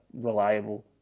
reliable